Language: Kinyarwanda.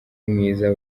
mwiza